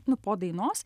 nu po dainos